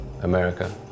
America